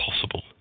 possible